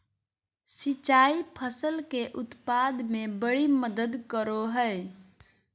सिंचाई फसल के उत्पाद में बड़ी मदद करो हइ